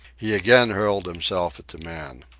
he again hurled himself at the man.